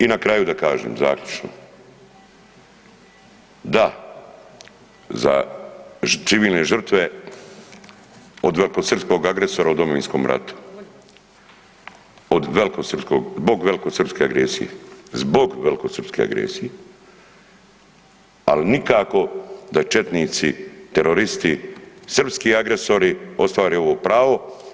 I na kraju da kažem zaključno, da za civilne žrtve od velikosrpskog agresora u Domovinskom ratu, od velikosrpskog zbog velikosrpske agresije, zbog velikosrpske agresije, ali nikako da četnici, teroristi, srpski agresori ostvare ovo pravo.